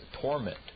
torment